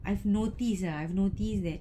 I've noticed ah I've noticed that